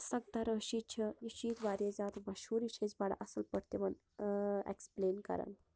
سنٛگترٲشی چھِ یہِ چھِ ییٚتہِ واریاہ زیادٕ مشہور یہ چھِ أسۍ بَڑٕ اصل پٲٹھۍ تمن ایٚکسپلین کران